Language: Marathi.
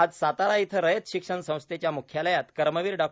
आज सातारा इथं रयत शिक्षण संस्थेच्या मुख्यालयात कर्मवीर डॉ